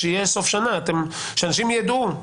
שיהיה סוף שנה, שאנשים ידעו.